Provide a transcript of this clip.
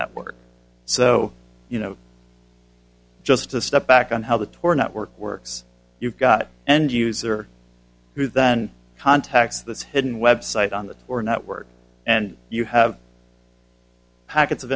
network so you know just to step back on how the tor network works you've got end user who then contacts this hidden web site on the or network and you have hackett's of